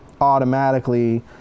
automatically